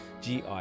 GI